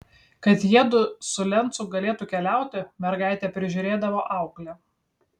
kad jiedu su lencu galėtų keliauti mergaitę prižiūrėdavo auklė